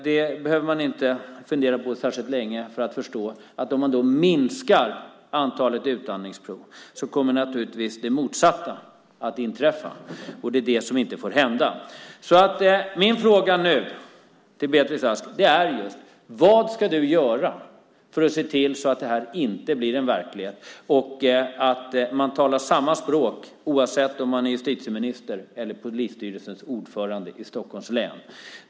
Man behöver ju inte fundera särskilt länge för att förstå att om man minskar antalet utandningsprov kommer naturligtvis det motsatta att inträffa. Det är det som inte får hända. Min fråga till Beatrice Ask är: Vad ska du göra för att se till att detta inte blir verklighet och att man talar samma språk oavsett om man är justitieminister eller polisstyrelsens ordförande i Stockholms län?